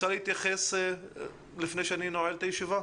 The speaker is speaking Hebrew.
את רוצה להתייחס לפני שאני נועל את הישיבה?